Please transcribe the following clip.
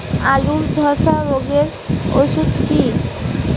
আলুর ধসা রোগের ওষুধ কি?